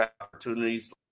opportunities